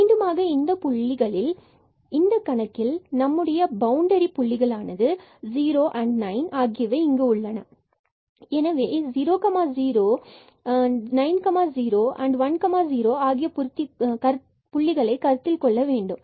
மீண்டுமாக இந்த கணக்கில் தற்பொழுது நம்மிடம் பவுண்டரி புள்ளிகள் 0 and 9 உள்ளது எனவே நாம் 00 points in 90 point and 10 ஆகிய புள்ளிகளை கருத்தில் கொள்ள வேண்டும்